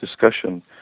discussion